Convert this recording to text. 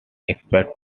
expert